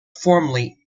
formally